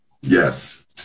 Yes